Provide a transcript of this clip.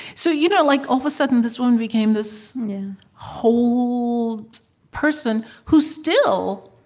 so you know like all of a sudden, this woman became this whole person who still